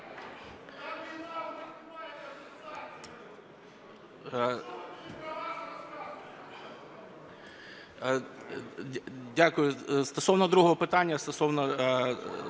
Дякую. Стосовно другого питання, стосовно